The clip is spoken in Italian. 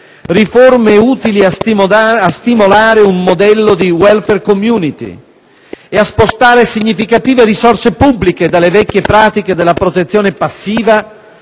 riforme utili a stimolare un modello di *welfare* *community* e a spostare significative risorse pubbliche dalle vecchie pratiche della protezione passiva